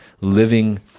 living